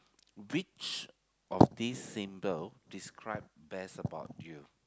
which of this symbol describe best about you